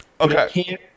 Okay